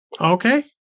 Okay